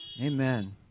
Amen